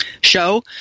show